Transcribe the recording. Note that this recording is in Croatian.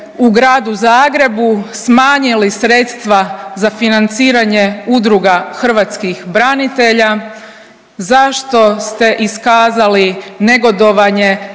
u Gradu Zagrebu smanjili sredstva za financiranje udruga hrvatskih branitelja? Zašto ste iskazali negodovanje